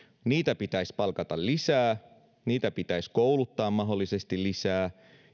pitäisi palkata lisää heitä pitäisi kouluttaa mahdollisesti lisää